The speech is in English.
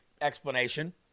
explanation